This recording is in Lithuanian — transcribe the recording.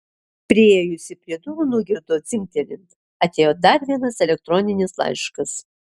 priėjusi prie durų nugirdo dzingtelint atėjo dar vienas elektroninis laiškas